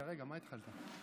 דודי, תכף אתה.